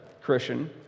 Christian